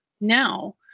now